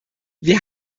wir